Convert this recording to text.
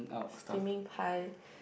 steaming pie